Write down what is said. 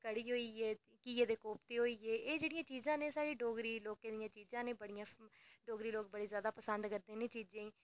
कढ़ी होई गेई घियै दे कोफ्ते होई गे ते एह् जेह्ड़ियां चीजां न एह् साढ़े डोगरे लोकें दियां चीजां न एह् डोगरे लोक बड़े जैदा पसंद करदे इ'नें चीजें गी